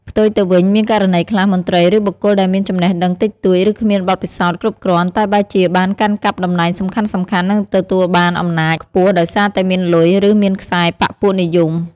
ផ្ទុយទៅវិញ មានករណីខ្លះ មន្ត្រី ឬបុគ្គលដែលមានចំណេះដឹងតិចតួច ឬគ្មានបទពិសោធន៍គ្រប់គ្រាន់តែបែរជាបានកាន់កាប់តំណែងសំខាន់ៗ និងទទួលបានអំណាចខ្ពស់ដោយសារតែមានលុយ ឬមានខ្សែបក្សពួកនិយម។